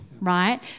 right